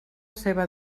seva